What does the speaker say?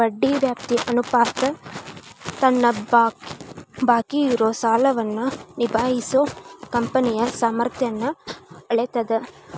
ಬಡ್ಡಿ ವ್ಯಾಪ್ತಿ ಅನುಪಾತ ತನ್ನ ಬಾಕಿ ಇರೋ ಸಾಲವನ್ನ ನಿಭಾಯಿಸೋ ಕಂಪನಿಯ ಸಾಮರ್ಥ್ಯನ್ನ ಅಳೇತದ್